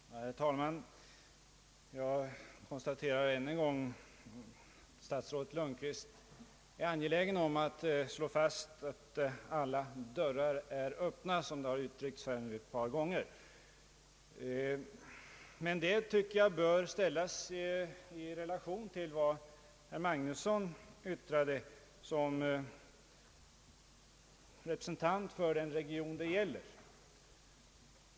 Herr talman! Jag konstaterar ännu en gång att statsrådet Lundkvist är angelägen att slå fast att alla dörrar är Öppna, ett uttryck som använts här några gånger. Det anser jag bör ställas i relation till vad herr Magnusson yttrade i egenskap av representant för den region det gäller.